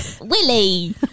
Willie